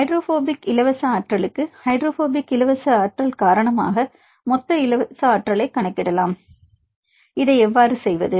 hydrophobic இலவச ஆற்றலுக்கு hydrophobic இலவச ஆற்றல் காரணமாக மொத்த இலவச ஆற்றலை எவ்வாறு கணக்கிடுவது